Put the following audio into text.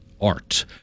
art